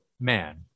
man